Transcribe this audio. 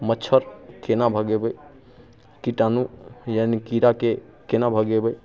मच्छर केना भगेबै कीटाणु यानि कीड़ाके केना भगेबै